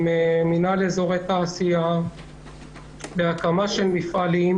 עם מינהל אזורי תעשייה להקמה של מפעלים,